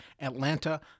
atlanta